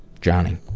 Johnny